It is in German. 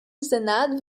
senat